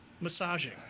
massaging